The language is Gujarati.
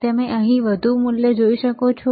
તમે અહીં વધુ યોગ્ય મૂલ્ય જોઈ શકશો